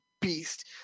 beast